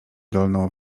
dolną